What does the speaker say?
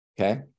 Okay